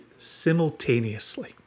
simultaneously